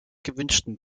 gewünschtem